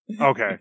Okay